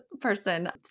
person